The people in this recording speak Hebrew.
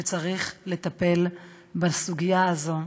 וצריך לטפל בסוגיה הזו.